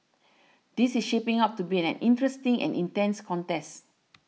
this is shaping up to be an interesting and intense contest